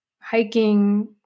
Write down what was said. hiking